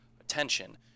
attention